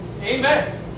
Amen